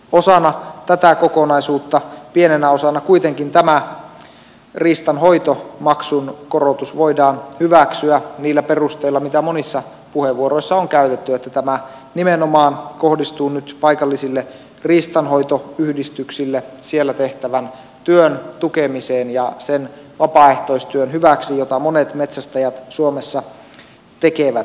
osana tätä kokonaisuutta pienenä osana kuitenkin tämä riistanhoitomaksun korotus voidaan hyväksyä niillä perusteilla mitä monissa puheenvuoroissa on käytetty että tämä nimenomaan kohdistuu nyt paikallisille riistanhoitoyhdistyksille siellä tehtävän työn tukemiseen ja sen vapaaehtoistyön hyväksi jota monet metsästäjät suomessa tekevät